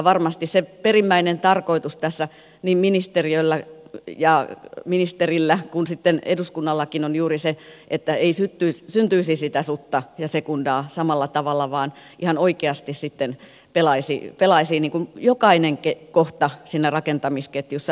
varmasti se perimmäinen tarkoitus tässä niin ministeriöllä ja ministerillä kuin sitten eduskunnallakin on juuri se että ei syntyisi sitä sutta ja sekundaa samalla tavalla vaan ihan oikeasti jokainen kohta pelaisi siinä rakentamisketjussa